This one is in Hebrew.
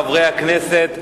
חברי הכנסת,